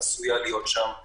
עשויה להיות שם בעיה.